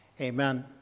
Amen